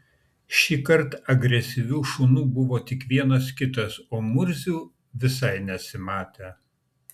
šįkart agresyvių šunų buvo tik vienas kitas o murzių visai nesimatė